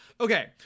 Okay